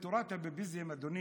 הכול זה בתורת הביביזם, אדוני.